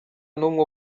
n’umwe